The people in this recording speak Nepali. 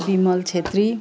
बिमल छेत्री